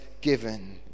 given